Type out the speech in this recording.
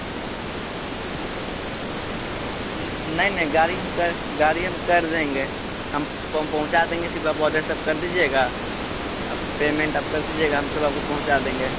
नहीं नहीं गाड़ी हम कर गाड़ी हम कर देंगे हम हम पहुँचा देंगे सिर्फ़ आप ऑडर सब कर दीजिएगा अब पेमेंट आप कर दीजिएगा हम सब आपको पहुँचा देंगे